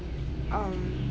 um